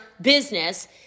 business